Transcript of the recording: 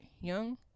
young